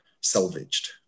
salvaged